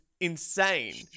insane